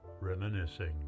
reminiscing